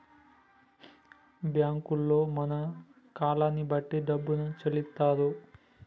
బ్యాంకుల్లో మన కాలాన్ని బట్టి డబ్బును చెల్లిత్తరు